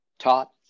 taught